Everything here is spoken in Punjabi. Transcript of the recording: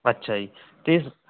ਅੱਛਾ ਜੀ ਅਤੇ